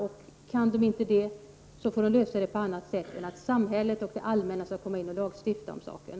Om det inte går får man lösa konflikten på något annat sätt än genom att samhället och det allmänna går in och lagstiftar om saken.